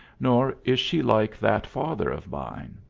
nor is she like that father of mine,